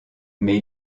mais